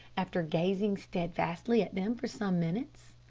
after gazing steadfastly at them for some minutes.